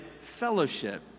Fellowship